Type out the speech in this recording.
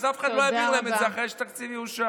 אז אף אחד לא יעביר להם את זה אחרי שהתקציב יאושר.